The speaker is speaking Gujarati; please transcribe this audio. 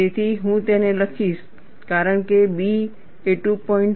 તેથી હું તેને લખીશ કારણ કે B એ 2